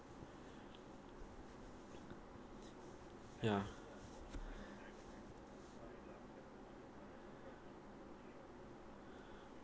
ya